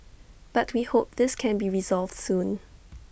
but we hope this can be resolved soon